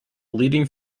leading